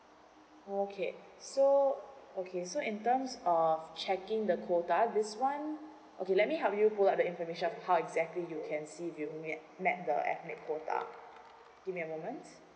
okay so okay so in terms of checking the quota this one okay let me help you pull out the information of how exactly you can see if you met met the ethnic quota give me a moment